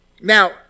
Now